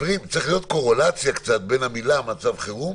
צריכה להיות קורלציה בין המילה "מצב חירום"